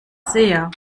sehr